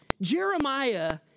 Jeremiah